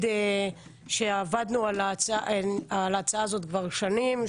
עבדנו על ההצעה הזו כבר שנים.